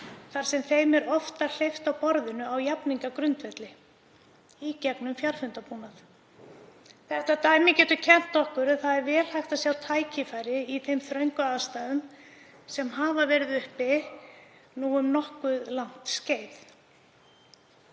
þar sem þeim er oftar hleypt að borðinu á jafningjagrundvelli í gegnum fjarfundabúnað. Þetta dæmi getur kennt okkur að það er vel hægt að sjá tækifæri í þeim þröngu aðstæðum sem verið hafa uppi nú um nokkuð langt skeið.